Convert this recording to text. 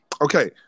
Okay